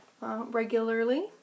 regularly